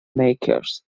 makers